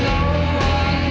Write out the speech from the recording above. you know i